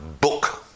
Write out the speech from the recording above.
book